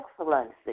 excellency